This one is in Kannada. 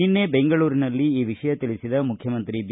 ನಿನ್ನೆ ಬೆಂಗಳೂರಿನಲ್ಲಿ ಈ ವಿಷಯ ತಿಳಿಸಿದ ಮುಖ್ಯಮಂತ್ರಿ ಬಿ